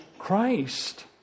Christ